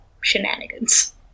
shenanigans